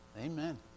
Amen